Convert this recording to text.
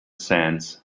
sands